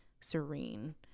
serene